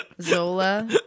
Zola